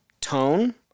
tone